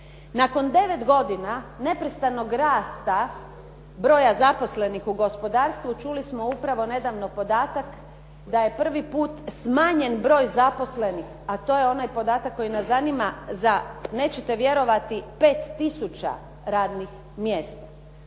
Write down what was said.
Nakon 9 godina neprestanog rasta broja zaposlenih u gospodarstvu, čuli smo upravo nedavno podatak, da je prvi put smanjen broj zaposlenih, a to je onaj podatak koji nas zanima za nećete vjerovati 5 tisuća radnih mjesta.